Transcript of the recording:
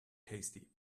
tasty